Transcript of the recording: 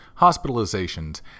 hospitalizations